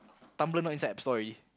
tumblr not inside app store already